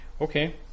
okay